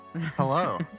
Hello